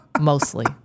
mostly